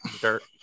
dirt